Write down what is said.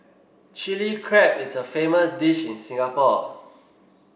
Chilli Crab is a famous dish in Singapore